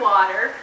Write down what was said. Water